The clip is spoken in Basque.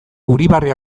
uribarri